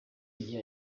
igihe